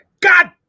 God